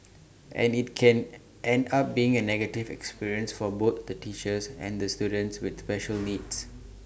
and IT can end up being A negative experience for both the teachers and the students with special needs